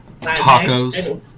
tacos